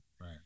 right